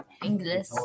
English